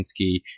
Kinski